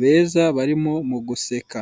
beza ndetse barimo guseka.